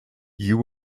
you